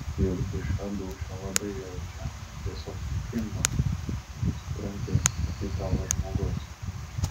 juk dūšia dūšią labai jaučia tiesiog sukimba kai supranti kad tai tavo žmogus